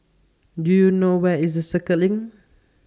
Do YOU know Where IS Circuit LINK